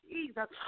Jesus